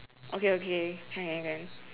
okay okay can can can